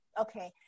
Okay